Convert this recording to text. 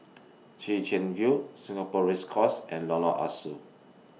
Chwee Chian View Singapore Race Course and Lorong Ah Soo